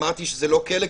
אמרתי שזה לא כלא,